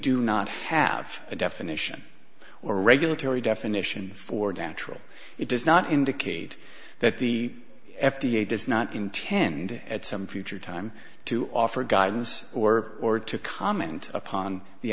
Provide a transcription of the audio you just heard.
do not have a definition or regulatory definition for dan actually it does not indicate that the f d a does not intend at some future time to offer guidance or or to comment upon the